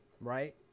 right